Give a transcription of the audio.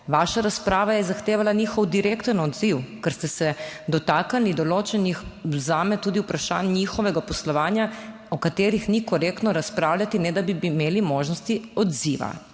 Vaša razprava je zahtevala njihov direkten odziv, ker ste se dotaknili določenih, zame tudi vprašanj njihovega poslovanja, o katerih ni korektno razpravljati, ne da bi imeli možnosti odziva.